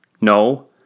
No